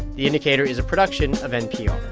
the indicator is a production of npr